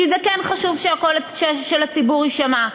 כי זה כן חשוב שהקול של הציבור יישמע,